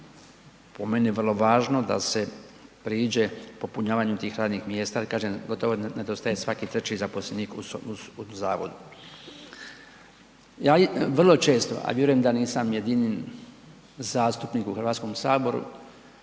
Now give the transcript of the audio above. po meni vrlo važno da se priđe popunjavanju tih radnih mjesta ali kažem gotovo nedostaje svaki treći zaposlenik u zavodu. Ja vrlo često a vjerujem da nisam jedini zastupnik u Hrvatskom saboru